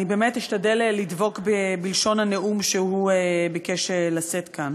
אני אשתדל לדבוק בלשון הנאום שהוא ביקש לשאת כאן.